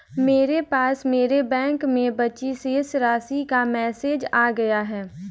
मेरे पास मेरे बैंक में बची शेष राशि का मेसेज आ गया था